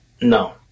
No